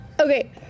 Okay